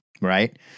right